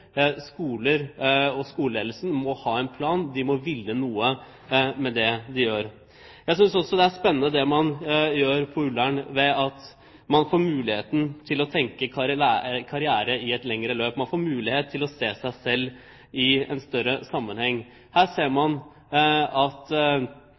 Skoler og skoleledelsen må ha en plan – de må ville noe med det de gjør. Jeg synes også det er spennende at man på Ullern får muligheten til å tenke karriere i et lengre løp – man får mulighet til å se seg selv i en større sammenheng. Her ser